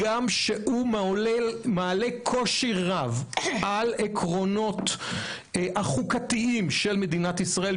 הגם שהוא מעלה קושי רב על העקרונות החוקתיים של מדינת ישראל,